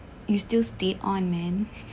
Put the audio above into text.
you still stay on man